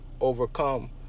overcome